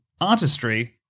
artistry